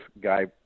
guy